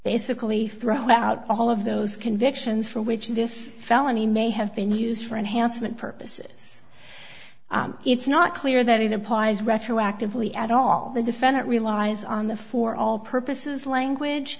basically from without all of those convictions for which this felony may have been used for enhancement purposes it's not clear that it applies retroactively at all the defendant relies on the for all purposes language